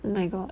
my god